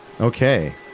Okay